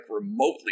remotely